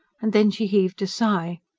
and then she heaved a sigh.